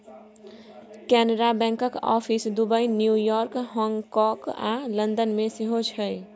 कैनरा बैंकक office Dubai, New York, हाँगकाँग आ लंदन मे सेहो छै